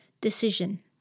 decision